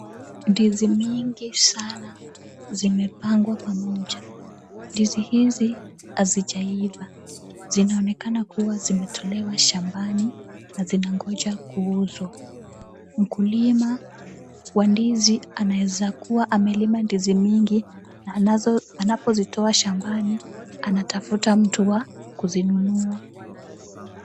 Ndizi mingi sana zimepangwa pamoja. Ndizi hizi hazijaiva. Zinaonekana kuwa zimetolewa shambani na zinangoja kuuzwa. Mkulima wa ndizi anaweza kuwa amelima ndizi mingi na anapozitoa shambani anatafuta mtu wa kuzinunua.